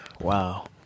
wow